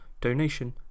donation